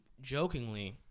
jokingly